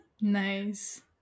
Nice